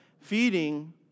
feeding